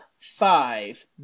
five